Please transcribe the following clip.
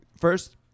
first